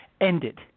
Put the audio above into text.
ended